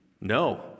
No